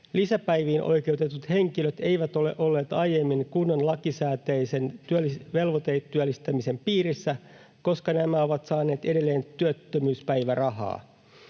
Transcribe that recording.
Lisäpäiviin oikeutetut henkilöt eivät ole olleet aiemmin kunnan lakisääteisen velvoitetyöllistämisen piirissä, koska nämä ovat saaneet edelleen työttömyyspäivärahaa.